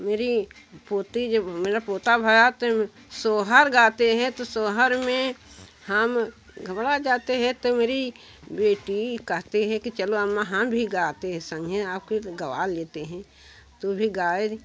मेरी पोती जब मेरा पोता भया तो सुहार गाते हैं तो सुहार में हम घबरा जाते हैं तो मेरी बेटी कहती है कि चलो हम हम भी गाते संगी आपके तो गवा लेते है तो भी गाए